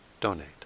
donate